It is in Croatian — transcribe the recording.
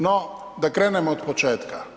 No, da krenemo od početka.